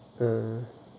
uh